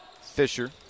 Fisher